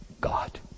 God